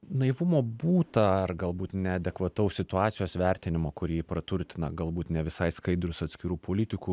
naivumo būta ar galbūt neadekvataus situacijos vertinimo kurį praturtina galbūt ne visai skaidrūs atskirų politikų